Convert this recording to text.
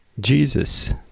Jesus